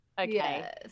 okay